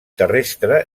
terrestre